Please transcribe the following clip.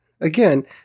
again